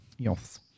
Yoth